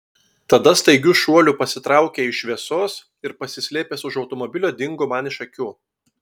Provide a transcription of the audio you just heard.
tada staigiu šuoliu pasitraukė iš šviesos ir pasislėpęs už automobilio dingo man iš akių